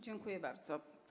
Dziękuję bardzo.